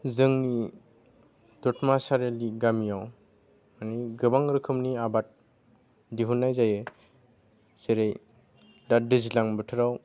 जोंनि दतमा सारिआलि गामियाव माने गोबां रोखोमनि आबाद दिहुननाय जायो जेरै दा दैज्लां बोथोराव